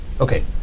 Okay